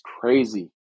crazy